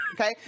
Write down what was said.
Okay